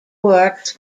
works